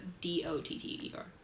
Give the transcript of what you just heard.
D-O-T-T-E-R